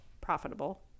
profitable